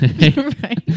Right